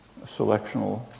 selectional